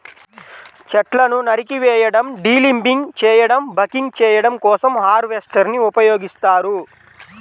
చెట్లను నరికివేయడం, డీలింబింగ్ చేయడం, బకింగ్ చేయడం కోసం హార్వెస్టర్ ని ఉపయోగిస్తారు